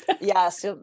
Yes